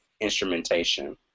instrumentation